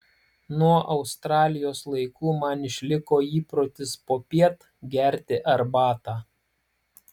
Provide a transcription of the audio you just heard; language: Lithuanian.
nuo australijos laikų man išliko įprotis popiet gerti arbatą